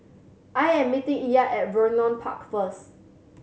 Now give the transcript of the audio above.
I am meeting Ilah at Vernon Park first